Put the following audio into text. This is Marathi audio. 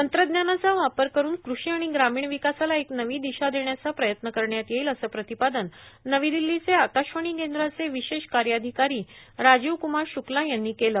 तंत्रज्ञानाचा वापर करून कुषी आणि ग्रामीण विकासाला एक नवी दिशा देण्याचा प्रयत्न करण्यात येईल असं प्रतिपादन नवी दिल्लीचे आकाशवाणी केंद्राचे विशेष कार्याधिकारी राजीवकुमार शुक्ला यांनी केलं